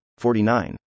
49